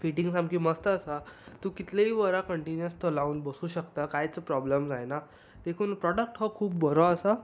fitting सामकीं मस्त आसा तूं कितलींय वरां कन्टिनीवस तो लावन बसू शकता कांयच प्रोब्लेम जायना देखून प्रोडक्ट हो खूब बरो आसा